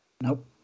Nope